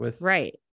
Right